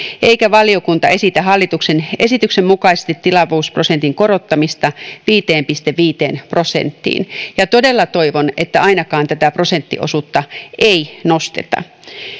eikä valiokunta esitä hallituksen esityksen mukaisesti tilavuusprosentin korottamista viiteen pilkku viiteen prosenttiin todella toivon että ainakaan tätä prosenttiosuutta ei nosteta